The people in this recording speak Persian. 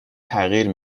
تغییر